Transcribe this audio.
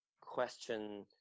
question